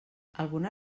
alguna